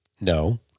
no